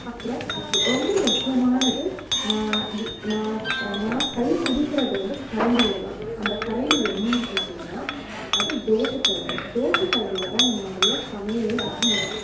அப்புறம் ரொம்ப முக்கியமானது நான் யு நான் நான் கை பிடிக்கிறது வந்து கரண்டியில் தான் அந்த கரண்டி என்னென்னு கேட்டிங்கன்னால் அது தோசை கரண்டி தோசை கரண்டியில் தான் என்னோடைய சமையலே ஆரம்பிக்கும்